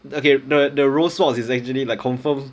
okay the the rose sword is actually like confirm